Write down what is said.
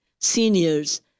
seniors